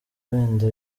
wenda